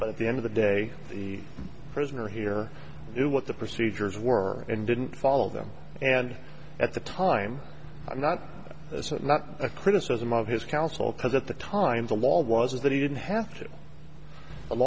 but at the end of the day the prisoner here knew what the procedures were and didn't follow them and at the time i'm not certain not a criticism of his counsel because at the time the law was that he didn't have to